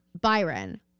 Byron